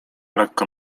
lekko